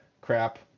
crap